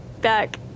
back